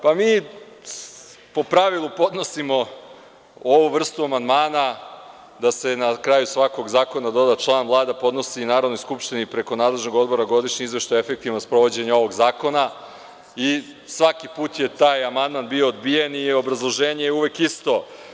Po pravilu podnosimo ovu vrstu amandmana, da se na kraju svakog zakona doda član – Vlada podnosi Narodnoj skupštini preko nadležnog odbora godišnji izveštaj o efektima sprovođenja ovog zakona, i svaki put je taj amandman bio odbijen i obrazloženje je uvek isto.